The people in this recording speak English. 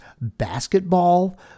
basketball